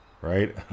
right